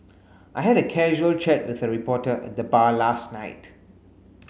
I had a casual chat with a reporter at the bar last night